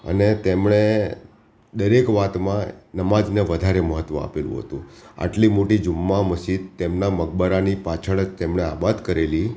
અને તેમણે દરેક વાતમાં નમાજને વધારે મહત્ત્વ આપેલું હતું આટલી મોટી જુમ્મા મસ્જિદ તેમના મકબરની પાછળ જ તેમણે આબાદ કરેલી